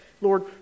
Lord